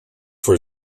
for